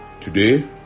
today